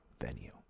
venue